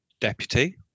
deputy